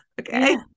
okay